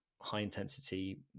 high-intensity